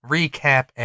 Recap